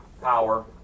power